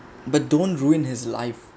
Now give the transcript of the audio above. but don't ruin his life